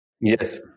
Yes